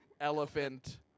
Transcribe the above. Elephant